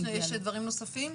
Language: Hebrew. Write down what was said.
יש דברים נוספים?